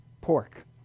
pork